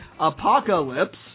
Apocalypse